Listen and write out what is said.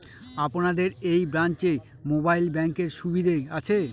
আপনাদের এই ব্রাঞ্চে মোবাইল ব্যাংকের সুবিধে আছে?